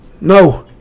No